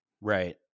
right